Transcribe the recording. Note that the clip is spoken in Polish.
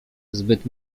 zbyt